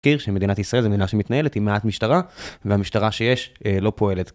(מזכיר) שמדינת ישראל זה מדינה שמתנהלת עם מעט משטרה והמשטרה שיש לא פועלת.